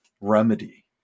remedy